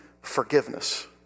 forgiveness